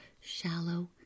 shallow